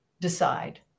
decide